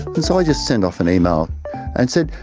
and so i just sent off an email and said,